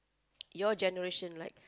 your generation like